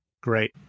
Great